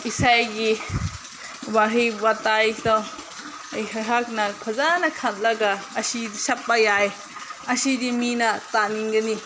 ꯏꯁꯩꯒꯤ ꯋꯥꯍꯩ ꯋꯥꯇꯥꯏꯗꯣ ꯑꯩꯍꯥꯛꯅ ꯐꯖꯅ ꯈꯜꯂꯒ ꯑꯁꯤ ꯁꯛꯄ ꯌꯥꯏ ꯑꯁꯤꯗꯤ ꯃꯤꯅ ꯇꯥꯅꯤꯡꯒꯅꯤ